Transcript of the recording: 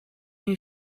new